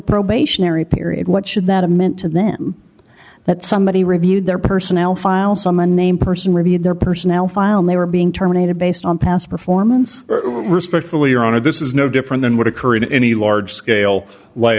probationary period what should that are meant to them that somebody reviewed their personnel file some unnamed person reviewed their personnel file they were being terminated based on past performance respectfully or on a this is no different than would occur in any large scale lay